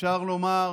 אפשר לומר